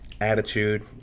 attitude